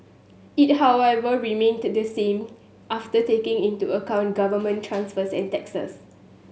it however remained the same after taking into account government transfers and taxes